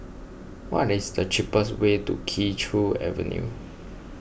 what is the cheapest way to Kee Choe Avenue